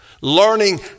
Learning